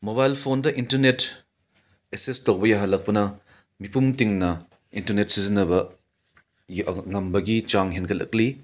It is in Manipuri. ꯃꯣꯕꯥꯏꯜ ꯐꯣꯟꯗ ꯏꯟꯇꯔꯅꯦꯠ ꯑꯦꯁꯦꯁ ꯇꯧꯕ ꯌꯥꯍꯜꯂꯛꯄꯅ ꯃꯤꯄꯨꯡ ꯇꯤꯡꯅ ꯏꯟꯇꯔꯅꯦꯠ ꯁꯤꯖꯤꯟꯅꯕ ꯉꯝꯕꯒꯤ ꯆꯥꯡ ꯍꯦꯟꯒꯠꯂꯛꯂꯤ